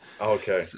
Okay